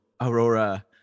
Aurora